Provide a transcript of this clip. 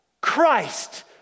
Christ